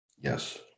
Yes